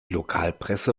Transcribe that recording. lokalpresse